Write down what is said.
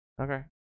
Okay